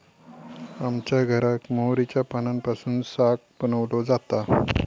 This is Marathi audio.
आमच्या घराक मोहरीच्या पानांपासून साग बनवलो जाता